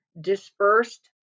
dispersed